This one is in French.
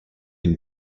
une